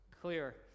clear